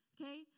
okay